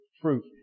fruit